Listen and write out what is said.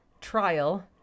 trial